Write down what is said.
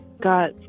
got